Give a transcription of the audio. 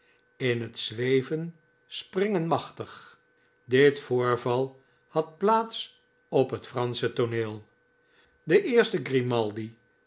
in t zwoven springen machtig dit voorval had plaats op het fransche tooneel de eerste